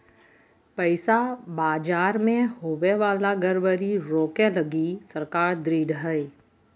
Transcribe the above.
पैसा बाजार मे होवे वाला गड़बड़ी रोके लगी सरकार ढृढ़ हय